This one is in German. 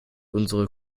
unsere